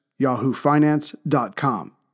yahoofinance.com